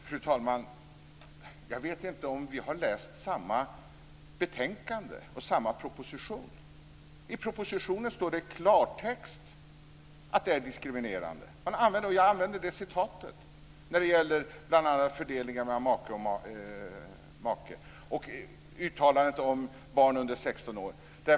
Fru talman! Jag vet inte om vi har läst samma betänkande och samma proposition. I propositionen står det i klartext att det är diskriminerande. Jag använde det citatet bl.a. när det gällde fördelningen mellan make och maka och uttalandet om barn under 16 år.